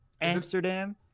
Amsterdam